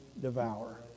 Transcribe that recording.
devour